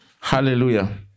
Hallelujah